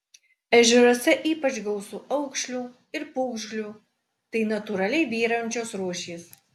ežeruose ypač gausu aukšlių ir pūgžlių tai natūraliai vyraujančios rūšys